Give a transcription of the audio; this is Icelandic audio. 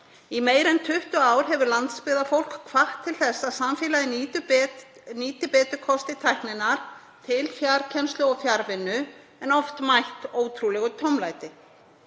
Í meira en 20 ár hefur landsbyggðarfólk hvatt til þess að samfélagið nýti betur kosti tækninnar til fjarkennslu og fjarvinnu en oft mætt ótrúlegu tómlæti.